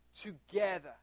together